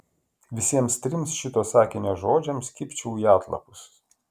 visiems trims šito sakinio žodžiams kibčiau į atlapus